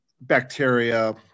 bacteria